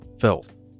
filth